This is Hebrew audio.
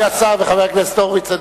אדוני השר וחבר הכנסת הורוביץ,